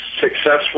successful